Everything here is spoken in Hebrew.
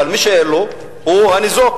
אבל מי שאין לו הוא הניזוק.